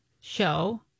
show